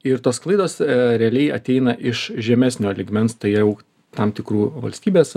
ir tos klaidos realiai ateina iš žemesnio lygmens tai jau tam tikrų valstybės